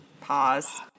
pause